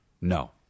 No